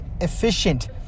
efficient